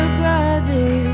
brother